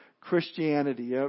Christianity